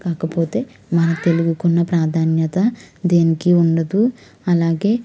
కాకపోతే మన తెలుగుకున్న ప్రాధాన్యత దేనికి ఉండదు అలాగే